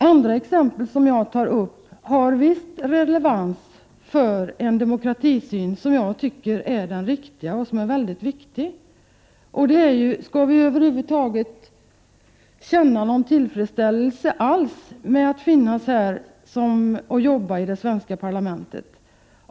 Andra exempel som jag tar upp har ovedersägligt relevans för en demokratifråga som jag tycker är mycket viktig och som jag menar att det är riktigt att ställa: Skall vi över huvud taget känna någon tillfredsställelse över att få arbeta i det svenska parlamentet?